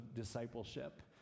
Discipleship